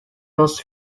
loss